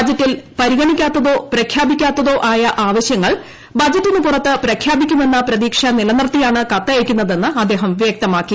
ബജറ്റിൽ പരിഗണിക്കാ ത്തതോ പ്രഖ്യാപിക്കാത്തോ ആയ ആവശൃങ്ങൾ ബജറ്റിനുപുറത്ത് പ്രഖ്യാപി ക്കുമെന്ന പ്രതീക്ഷ നിലനിർത്തിയാണ് കത്തയക്കുന്നതെന്ന് അദ്ദേഹം വൃക്തമാക്കി